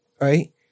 right